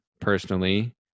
personally